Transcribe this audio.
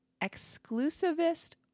exclusivist